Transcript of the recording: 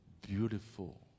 Beautiful